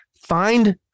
Find